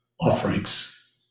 offerings